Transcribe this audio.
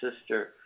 sister